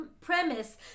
premise